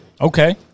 Okay